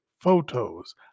photos